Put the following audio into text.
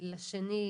הדיון.